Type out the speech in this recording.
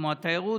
התיירות.